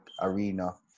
arena